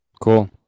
Cool